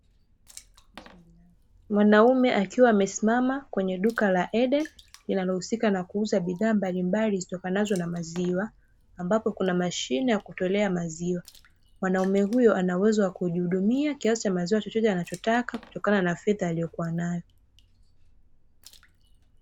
Mwanaume akiwa amesimama kwenye duka la Eden, linalohusika na kuuza bidhaa mbalimbali zitokanazo na maziwa, ambapo kuna mashine ya kutolea maziwa. Mwanaume huyu ana uwezo wa kujihudumia kiasi cha maziwa chochote anachotaka, kutokana na fedha aliyokuwa nayo.